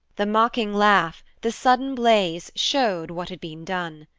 the mocking laugh, the sudden blaze, showed what had been done.